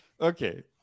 Okay